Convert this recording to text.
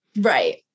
Right